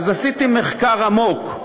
אז עשיתי מחקר עמוק,